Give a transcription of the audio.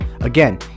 Again